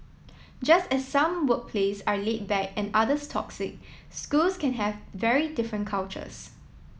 just as some workplaces are laid back and others toxic schools can have very different cultures